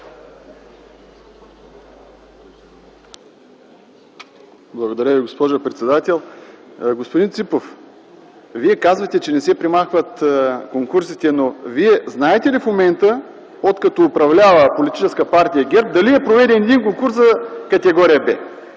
Благодаря Ви, госпожо председател. Господин Ципов, Вие казвате, че не се премахват конкурсите, но Вие знаете ли в момента, откакто управлява Политическа партия ГЕРБ, дали е проведен един конкурс за категория Б?